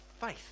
faith